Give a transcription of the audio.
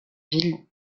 ville